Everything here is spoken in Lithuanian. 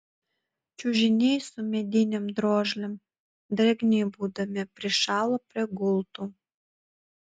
čiužiniai su medinėm drožlėm drėgni būdami prišalo prie gultų